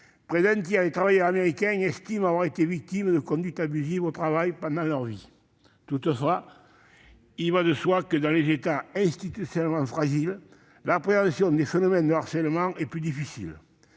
d'un tiers des travailleurs américains estiment avoir été victimes de conduites abusives au travail pendant leur vie. Toutefois, il va de soi que dans les États institutionnellement fragiles, l'appréhension des phénomènes de harcèlement est plus difficile.